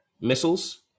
missiles